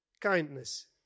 kindness